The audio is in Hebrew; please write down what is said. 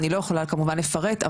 אני לא יכולה כמובן לפרט.